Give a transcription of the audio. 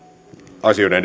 asioiden